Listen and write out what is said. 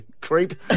creep